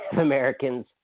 Americans